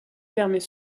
permet